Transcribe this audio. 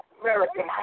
American